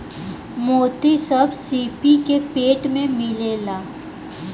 मोती सब सीपी के पेट में मिलेला